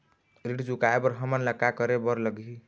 ऋण चुकाए बर हमन ला का करे बर लगही?